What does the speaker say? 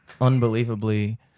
unbelievably